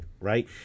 Right